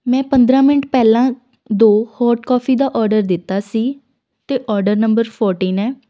ਮੈਂ ਪੰਦਰਾਂ ਮਿੰਟ ਪਹਿਲਾਂ ਦੋ ਹੋਟ ਕੌਫੀ ਦਾ ਔਡਰ ਦਿੱਤਾ ਸੀ ਅਤੇ ਔਡਰ ਨੰਬਰ ਫੋਰਟੀਨ ਹੈ